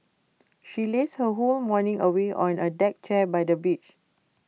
she lazed her whole morning away on A deck chair by the beach